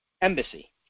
embassy